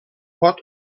pot